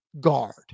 guard